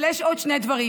אבל יש עוד שני דברים: